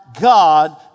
God